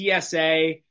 TSA